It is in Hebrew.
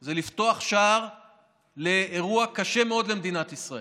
היא לפתוח שער לאירוע קשה מאוד למדינת ישראל.